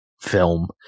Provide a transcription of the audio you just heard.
film